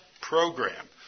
program